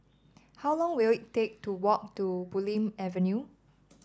how long will it take to walk to Bulim Avenue